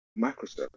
Microsoft